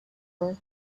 her